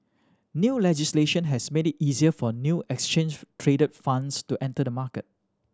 new legislation has made it easier for new exchange traded funds to enter the market